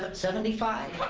seventy five